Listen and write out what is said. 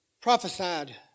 prophesied